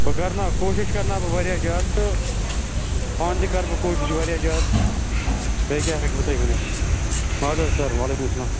بہٕ کَرناو کوٗشِش کَرناو بہٕ واریاہ زیادٕ تہٕ پانہٕ تہِ کَرٕ بہٕ کوٗشِش واریاہ زیادٕ بیٚیہِ کیٛاہ ہٮ۪کہٕ بہٕ تۄہہِ ؤنِتھ اَدٕ حظ سَر وعلیکُم سلام